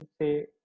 say